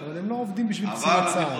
אבל הם לא עובדים בשביל קציני צה"ל.